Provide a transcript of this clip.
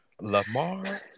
Lamar